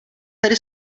tady